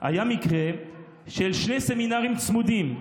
היה מקרה של שני סמינרים צמודים,